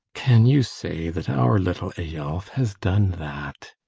can you say that our little eyolf has done that?